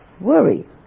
worry